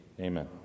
Amen